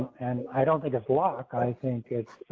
and i don't think i block. i think it's.